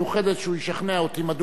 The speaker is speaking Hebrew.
שהוא ישכנע אותי מדוע הוא לא איבד.